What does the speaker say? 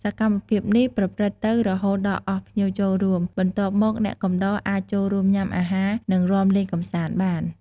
សកម្មភាពនេះប្រព្រឹត្តទៅរហូតដល់អស់ភ្ញៀវចូលរួម បន្ទាប់មកអ្នកកំដរអាចចូលរួមញុាំអាហារ និងរាំលេងកំសាន្តបាន។